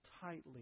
tightly